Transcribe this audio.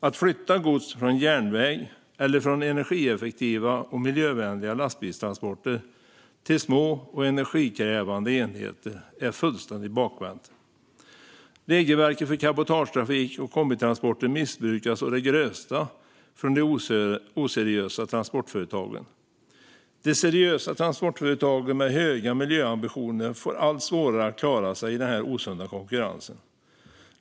Att flytta gods från tåg eller från energieffektiva och miljövänliga lastbilar till små och energikrävande enheter är fullständigt bakvänt. Regelverket för cabotagetrafik och kombitransporter missbrukas å det grövsta av de oseriösa transportföretagen. De seriösa transportföretagen med höga miljöambitioner får allt svårare att klara sig i denna osunda konkurrens.